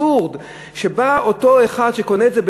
והאבסורד: כשבא אותו אחד שקונה את זה,